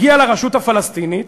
ומגיע לרשות הפלסטינית